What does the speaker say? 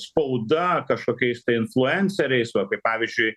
spauda kažkokiais tai influenceriais tuoj kaip pavyzdžiui